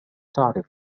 تعرف